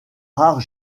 rares